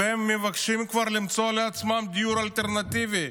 והם כבר מבקשים למצוא דיור אלטרנטיבי,